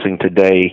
today